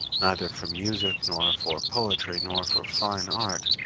neither for music, nor for poetry, nor for fine art,